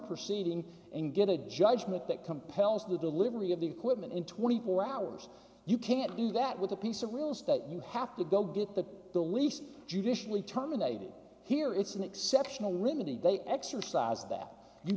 proceeding and get a judgment that compels the delivery of the equipment in twenty four hours you can't do that with a piece of real estate you have to go get the the lease judicially terminated here it's an exceptional limited they exercise that you